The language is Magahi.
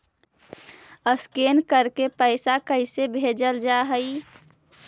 स्कैन करके पैसा कैसे भेजल जा हइ?